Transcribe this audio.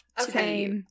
Okay